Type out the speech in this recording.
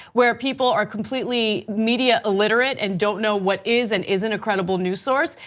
where people are completely media illiterate and don't know what is and isn't a credible news source.